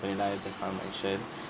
lah just how I mentioned